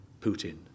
Putin